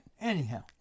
Anyhow